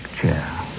chair